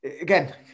again